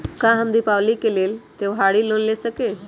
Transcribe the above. का हम दीपावली के लेल त्योहारी लोन ले सकई?